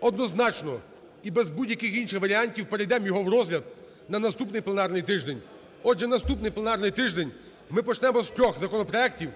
однозначно і без будь-яких інших варіантів перейдемо в його розгляд на наступний пленарний тиждень. Отже, наступний пленарний тиждень ми почнемо з трьох законопроектів